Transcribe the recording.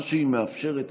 מה שהיא מאפשרת,